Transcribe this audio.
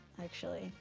actually.